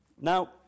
Now